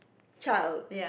child